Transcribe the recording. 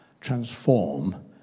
transform